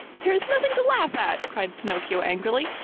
there is nothing to laugh at, cried pinocchio angrily.